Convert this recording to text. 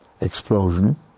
explosion